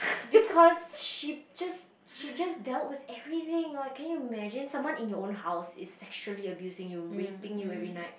because she just she just dealt with everything like can you imagine someone in your own house is actually abusing you raping you every night